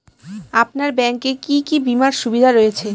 আপনার ব্যাংকে কি কি বিমার সুবিধা রয়েছে?